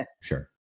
Sure